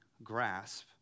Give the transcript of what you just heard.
grasp